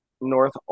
North